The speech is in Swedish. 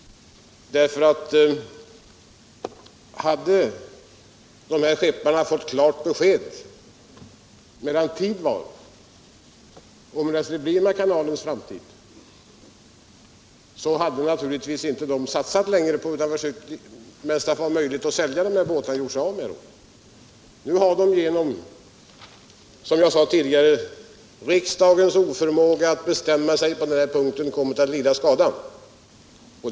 Hade dessa skeppare fått klart besked medan tid var om hur det skulle bli med kanalens framtid, hade de naturligtvis inte längre satsat på fortsatt drift utan försökt göra sig av med båtarna medan det var möjligt att sälja dem. Nu har de, som jag sade tidigare, genom riksdagens oförmåga att bestämma sig på denna punkt kommit att lida skada.